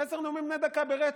עשרה נאומים בני דקה ברצף.